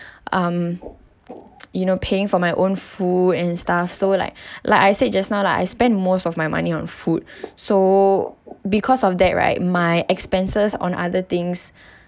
um you know paying for my own food and stuff so like like I said just now lah I spent most of my money on food so because of that right my expenses on other things